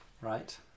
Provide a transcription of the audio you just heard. Right